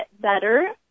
better